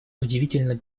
удивительно